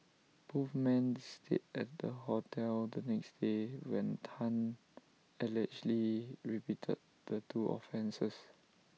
both men stayed at the hotel the next day when Tan allegedly repeated the two offences